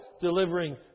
delivering